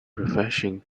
refreshing